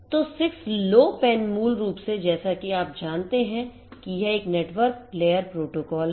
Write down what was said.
तो 6 Low PANमूल रूप से जैसा कि आप जानते हैं कि यह एक नेटवर्क लेयर प्रोटोकॉल है